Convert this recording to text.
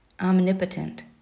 omnipotent